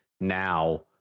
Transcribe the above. now